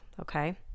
okay